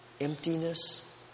emptiness